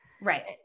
Right